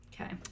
Okay